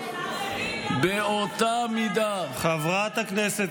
השר לוין, למה לא פסלו את בעלה של תמר זנדברג?